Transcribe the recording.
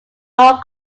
all